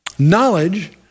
Knowledge